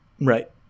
Right